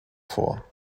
vor